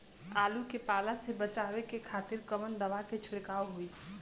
आलू के पाला से बचावे के खातिर कवन दवा के छिड़काव होई?